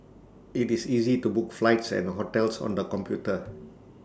IT is easy to book flights and hotels on the computer